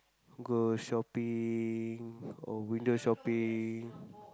go shopping or window shopping